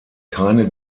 keine